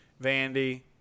Vandy